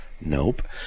Nope